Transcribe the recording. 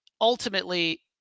ultimately